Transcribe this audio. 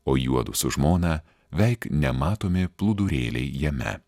o juodu su žmona veik nematomi plūdurėliai jame